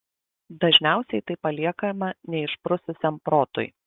dažniausiai tai paliekama neišprususiam protui